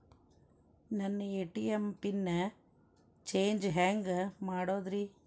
ನನ್ನ ATM pin change ಹೆಂಗ್ ಮಾಡೋದ್ರಿ?